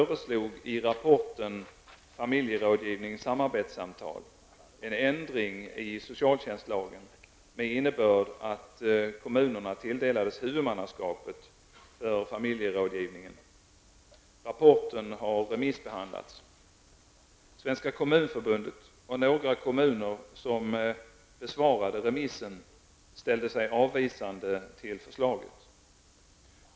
Rapporten har remissbehandlats. Svenska kommunförbundet och några kommuner som besvarade remissen ställde sig avvisande till förslaget.